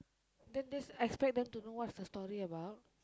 then just expect them to know what's the story about